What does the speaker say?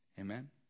Amen